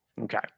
Okay